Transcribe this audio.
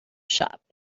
shop